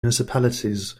municipalities